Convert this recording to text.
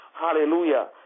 Hallelujah